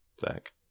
Zach